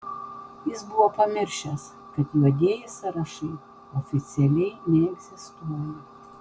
jis buvo pamiršęs kad juodieji sąrašai oficialiai neegzistuoja